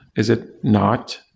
is it not?